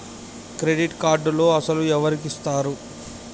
Credit కార్డులు అసలు ఎవరికి ఇస్తారు?